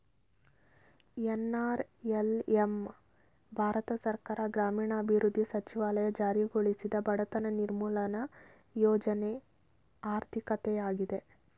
NRLM Bharat ಸರ್ಕಾರ ಗ್ರಾಮೀಣಾಭಿವೃದ್ಧಿ ಸಚಿವಾಲಯ ಜಾರಿಗೊಳಿಸಿದ ಬಡತನ ನಿರ್ಮೂಲ ಯೋಜ್ನ ಆರ್ಥಿಕತೆಯಾಗಿದೆ